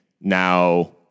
now